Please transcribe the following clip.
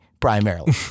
Primarily